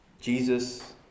Jesus